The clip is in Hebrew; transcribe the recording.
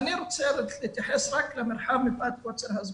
ואני רוצה להתייחס רק למרחב מפאת קוצר הזמן.